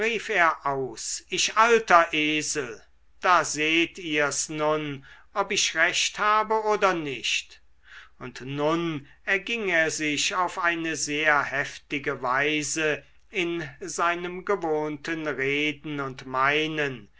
aus ich alter esel da seht ihr's nun ob ich recht habe oder nicht und nun erging er sich auf eine sehr heftige weise in seinem gewohnten reden und meinen